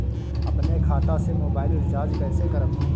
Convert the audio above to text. अपने खाता से मोबाइल रिचार्ज कैसे करब?